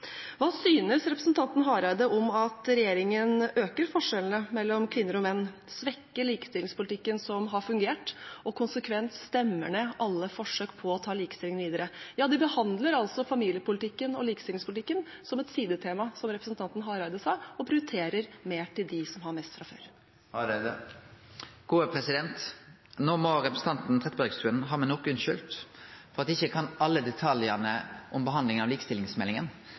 Hva synes representanten Hareide om at regjeringen øker forskjellene mellom kvinner og menn, svekker likestillingspolitikken som har fungert, og konsekvent stemmer ned alle forsøk på å ta likestillingen videre? De behandler altså familiepolitikken og likestillingspolitikken som et sidetema, som representanten Hareide sa, og prioriterer mer til dem som har mest fra før. No må representanten Trettebergstuen ha meg unnskyldt for at eg ikkje kan alle detaljane om behandlinga av